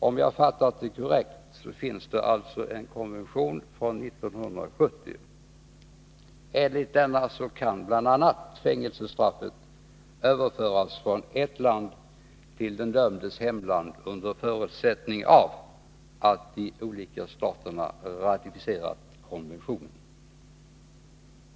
Om jag Te har fattat det korrekt, finns det en konvention från 1970. Enligt denna kan bl.a. fängelsestraffet överföras från ett land till den dömdes hemland under förutsättning att de olika staterna har ratificerat konventionen.